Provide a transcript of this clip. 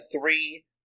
three